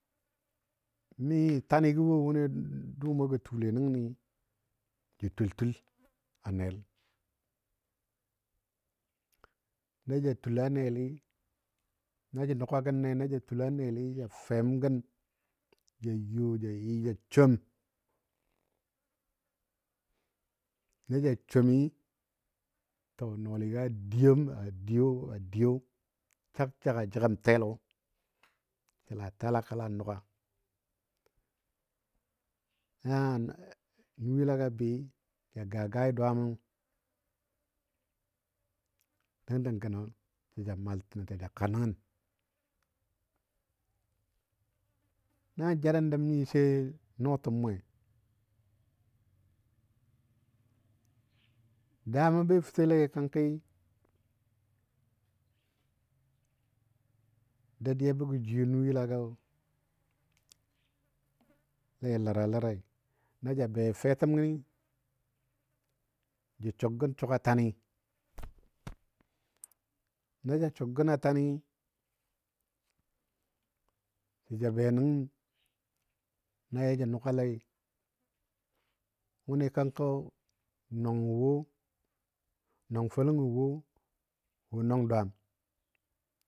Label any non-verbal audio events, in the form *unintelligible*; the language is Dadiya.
Mi tanigɔ wo wʊni dʊʊmo gə tule nəngəni ja tultul a nel. Na ja tul a neli ja. na ja nugagəne na ja tul neli ja fem gən ja you ja som, na ja somi. To nɔɔga diyem a diyo a diyo adiyo sag sag a jəgəm telo, yəla tal a kəla nʊga na nuyilaga bɨɨ ja gagai dwaamo dəng dəng gənɔ sə ja maltəgɔ ja kanəngən nan ja nə dəm nyi sai nɔɔtəm mwe daamə be fətole kənki dadiyabɔ ja jwiyo nuyilagɔ *unintelligible* lara larai, na ja be fetəm gəni ja sʊgən sʊg a tani na ja sʊggən a tani sə ja benən na yaja nuga lai wʊni kənkɔ nwang wo nwan faləng wo ko nwang dwaam.